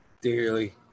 dearly